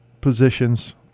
positions